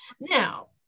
now